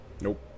Nope